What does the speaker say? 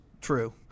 true